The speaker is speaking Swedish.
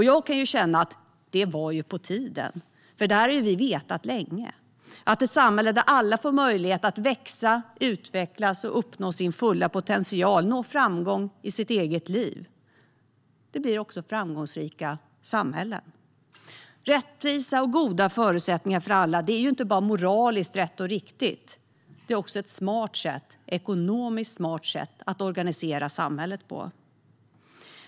Jag kan känna att det var på tiden, för detta har vi vetat länge. Ett samhälle där alla får möjlighet att växa, utvecklas, uppnå sin fulla potential och nå framgång i sitt eget liv blir också framgångsrikt. Rättvisa och goda förutsättningar för alla är inte bara moraliskt rätt och riktigt. Det är också ett ekonomiskt smart sätt att organisera samhället på.